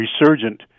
resurgent